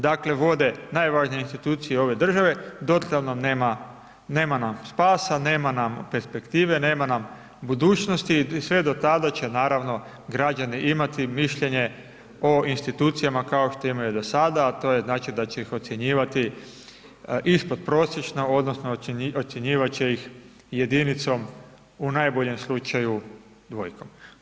dakle vode najvažnije institucije ove države dotle nam nema spasa, nema nam perspektive, nema nam budućnosti i sve do tada će naravno građani imati mišljenje o institucijama kao što imaju do sada, a to je znači da će ih ocjenjivati ispodprosječno odnosno ocjenjivat će ih jedinicom u najboljem slučaju dvojkom.